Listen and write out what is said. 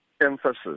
emphasis